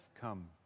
come